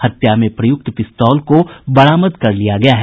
हत्या में प्रयूक्त पिस्तौल को बरामद कर लिया गया है